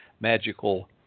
magical